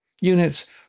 Units